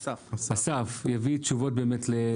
אסף, יביא תשובות באמת לברוכי.